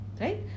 right